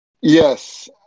Yes